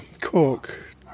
Cork